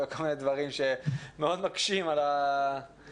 או דברים אחרים שמקשים מאוד על האירוע.